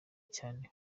cyane